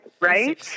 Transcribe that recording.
right